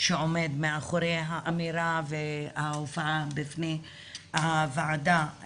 שעומד מאחורי האמירה וההופעה בפני הוועדה.